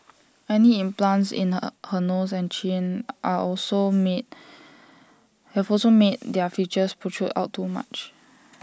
any implants in her her nose and chin are also made have also made they are features protrude out too much